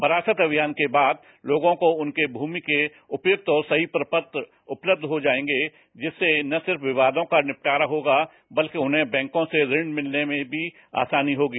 वरासत अभियान के बाद लोगों को उनके भूमि के उपयुक्त और सही प्रपत्र उपलब्ध हो जाएंगे जिससे न सिर्फ विवादों का निपटारा होगा बल्कि उन्हें बैंकों से ऋण लेने में भी आसानी होगी